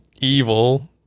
evil